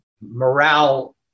morale